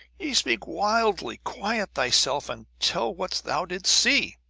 ye speak wildly! quiet thyself, and tell what thou didst see!